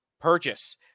purchase